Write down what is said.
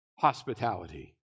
hospitality